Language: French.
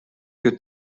que